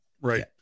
right